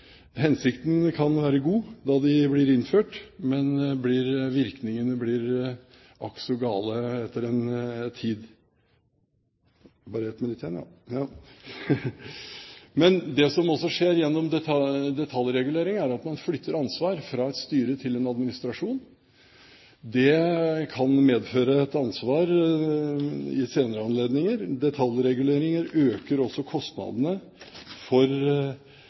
Hensikten kan ha vært god da de ble innført, men virkningene blir akk så gale etter en tid. Det som også skjer gjennom detaljregulering, er at man flytter ansvar fra et styre til en administrasjon. Det kan medføre et ansvar ved senere anledninger. Detaljreguleringer øker også kostnadene for